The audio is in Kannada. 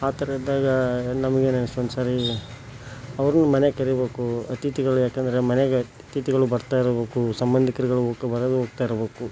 ಆ ಥರ ಇದ್ದಾಗ ನಮ್ಗೇನು ಅನಿಸ್ತು ಒಂದು ಸಾರಿ ಅವರನ್ನೂ ಮನೆಗೆ ಕರಿಬೇಕು ಅತಿಥಿಗಳು ಯಾಕಂದರೆ ಮನೆಗೆ ಅತಿಥಿಗಳು ಬರ್ತಾ ಇರಬೇಕು ಸಂಬಂಧಿಕರುಗಳು ಬರೋದು ಹೋಗ್ತಾ ಇರಬೇಕು